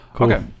Okay